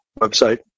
website